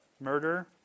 murder